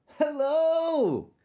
Hello